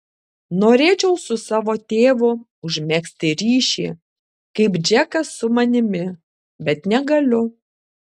norėčiau su savo tėvu užmegzti ryšį kaip džekas su manimi bet negaliu